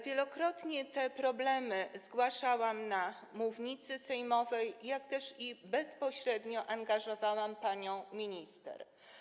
Wielokrotnie te problemy zgłaszałam z mównicy sejmowej, jak też bezpośrednio angażowałam panią minister.